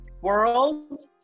world